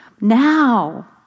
Now